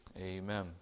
Amen